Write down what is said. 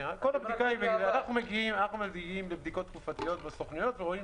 אנחנו מגיעים לבדיקות תקופתיות בסוכנויות ורואים